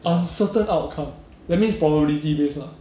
uncertain outcome that means probability based lah